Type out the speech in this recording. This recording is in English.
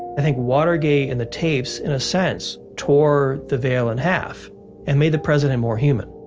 i think watergate and the tapes, in a sense, tore the veil in half and made the president more human